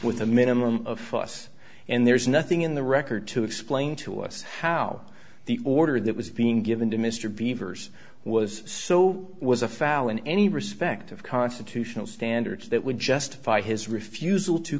with a minimum of fuss and there's nothing in the record to explain to us how the order that was being given to mr beaver's was so was a foul in any respect of constitutional standards that would justify his refusal to